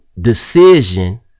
decision